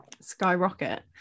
skyrocket